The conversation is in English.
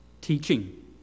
teaching